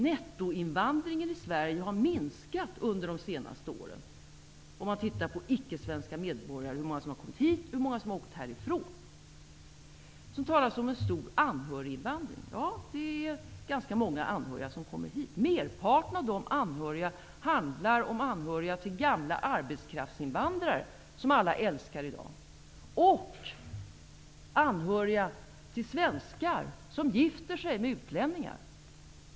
Nettoinvandringen till Sverige har minskat under de senaste åren -- det visar en jämförelse mellan antalet icke-svenska medborgare som har åkt härifrån och det antal som kommit hit. Det talas vidare om en stor anhöriginvandring. Ja, ganska många anhöriga kommer hit. I flertalet fall handlar det om anhöriga till tidigare arbetskraftsinvandrare, som alla älskar i dag, och anhöriga till svenskar som gift sig med utlänningar.